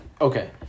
okay